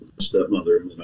stepmother